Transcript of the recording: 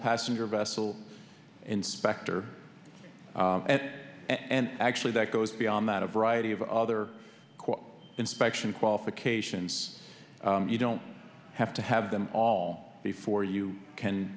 passenger vessel inspector and and actually that goes beyond that a variety of other inspection qualifications you don't have to have them all before you can